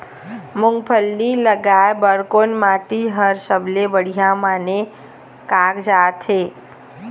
मूंगफली लगाय बर कोन माटी हर सबले बढ़िया माने कागजात हे?